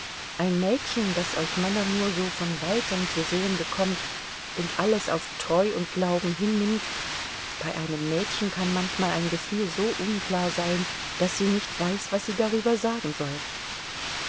ein mädchen das euch männer nur so von weitem zu sehen bekommt und alles auf treu und glauben hinnimmt bei einem mädchen kann manchmal ein gefühl so unklar sein daß sie nicht weiß was sie darüber sagen soll